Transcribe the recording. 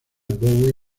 bowie